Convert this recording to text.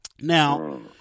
Now